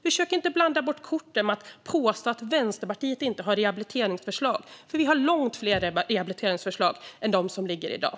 Försök inte blanda bort korten genom att påstå att Vänsterpartiet inte har rehabiliteringsförslag! Vi har långt fler rehabiliteringsförslag än de som finns i dag.